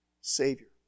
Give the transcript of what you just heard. Savior